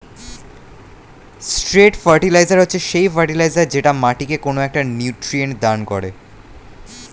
straight fertiliser হচ্ছে সেই fertiliser যেটা মাটিকে কোনো একটা নিউট্রিয়েন্ট দান করে